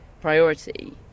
priority